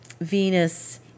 Venus